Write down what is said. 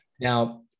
Now